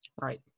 Right